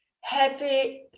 happy